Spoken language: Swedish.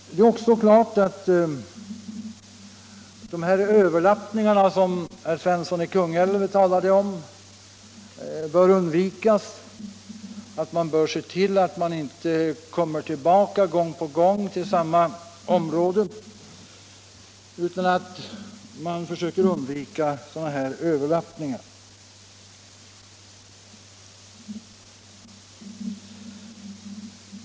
Det är även klart att överlappningarna som herr Svensson i Kungälv talade om bör undvikas. Man bör se till att man inte gång på gång kommer tillbaka till samma område utan att man försöker undvika sådana här överlappningar.